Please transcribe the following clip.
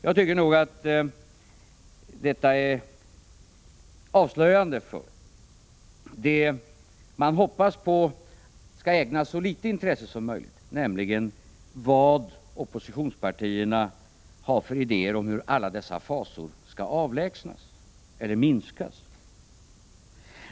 Detta är rätt avslöjande för de borgerliga. Vad man hoppas på är att det skall ägnas så litet intresse som möjligt åt vad oppositionspartierna har för idéer om hur alla dessa fasor skall avlägsnas eller minskas.